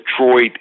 Detroit